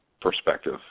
perspective